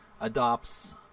adopts